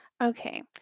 Okay